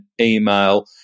email